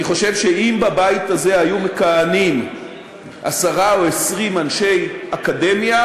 אני חושב שאם בבית הזה היו מכהנים עשרה או 20 אנשי אקדמיה,